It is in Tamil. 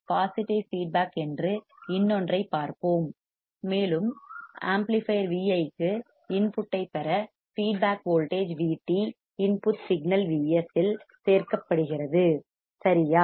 பாசிட்டிவ் ஃபீட்பேக் என்று இன்னொன்றைப் பார்ப்போம் மேலும் ஆம்ப்ளிபையர் Vi க்கு இன்புட்டைப் பெற feedback voltage Vt input signal Vs இல் சேர்க்கப்படுகிறது சரியா